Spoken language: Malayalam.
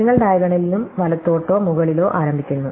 നിങ്ങൾ ഡയഗണലിലും വലത്തോട്ടോ മുകളിലോ ആരംഭിക്കുന്നു